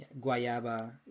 Guayaba